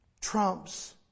trumps